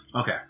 Okay